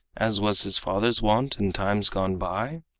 as was his father's wont in times gone by?